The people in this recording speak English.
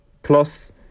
Plus